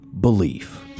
Belief